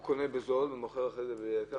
הוא קונה בזול ומוכר את זה ביוקר?